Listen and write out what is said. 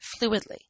Fluidly